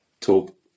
talk